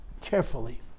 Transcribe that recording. carefully